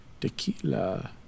Tequila